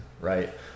Right